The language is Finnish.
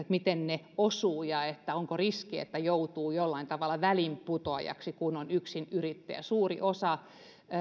osuvat ja onko riski että joutuu jollain tavalla väliinputoajaksi kun on yksinyrittäjä suuri osa